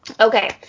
Okay